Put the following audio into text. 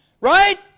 Right